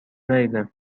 ندیدم